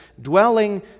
dwelling